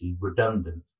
redundant